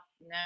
No